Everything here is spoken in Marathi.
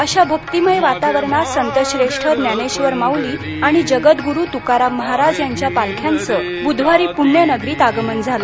अशा भक्तिमय वातावरणात संतश्रेष्ठ ज्ञानेश्वर माउली आणि जगदगुरु तुकाराम महाराज यांच्या पालख्यांचं बुधवारी पुण्यनगरीत आगमन झालं